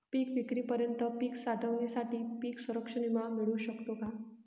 पिकविक्रीपर्यंत पीक साठवणीसाठी पीक संरक्षण विमा मिळू शकतो का?